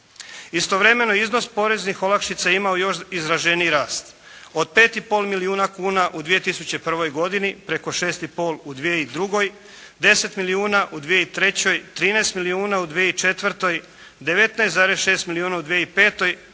Istovremeno iznos poreznih olakšica je imao još izraženiji rast. Od 5,5 milijuna kuna u 2001. godini preko 6,5 u 2002., 10 milijuna u 2003., 13 milijuna u 2004., 19,6 milijuna u 2005. pa